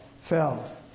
fell